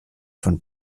von